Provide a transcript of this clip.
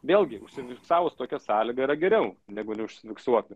vėlgi užsifiksavus tokią sąlygą yra geriau negu neužsifiksuoti